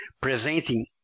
presenting